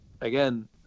again